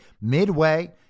midway